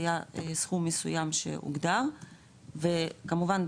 היה סכום מסוים שהוגדר וכמובן,